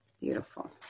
Beautiful